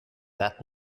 that